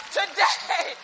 today